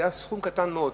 זה היה סכום קטן מאוד,